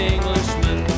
Englishman